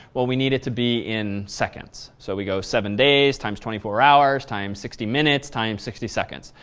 well, we needed to be in seconds. so we go seven days times twenty four hours times sixty minutes times sixty seconds.